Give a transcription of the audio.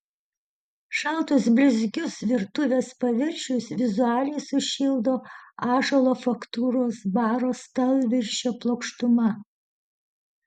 šaltus blizgius virtuvės paviršius vizualiai sušildo ąžuolo faktūros baro stalviršio plokštuma